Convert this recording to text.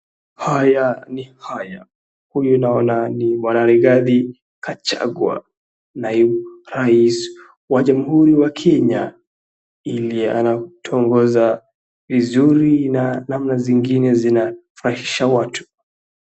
Haya ni haya huyu naona ni bwana Rigathi Gachagua, naibu rais wa jamhuri wa Kenya. Ili anatuongoza vizuri na namna zingine zinafurahisha watu.